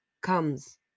comes